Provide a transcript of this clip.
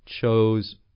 chose